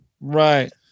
right